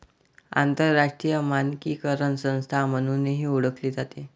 आंतरराष्ट्रीय मानकीकरण संस्था म्हणूनही ओळखली जाते